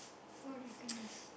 all recognised